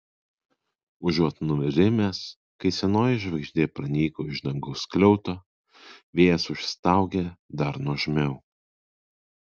užuot nurimęs kai senoji žvaigždė pranyko iš dangaus skliauto vėjas užstaugė dar nuožmiau